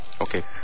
Okay